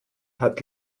hat